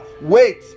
wait